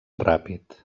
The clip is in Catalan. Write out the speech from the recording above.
ràpid